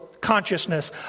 consciousness